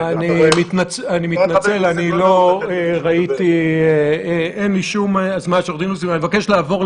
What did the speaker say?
אני מתנצל, לא ראיתי, אין לי שום מסמך של עורך